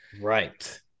Right